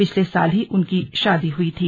पिछले साल ही उनकी शादी हुई थी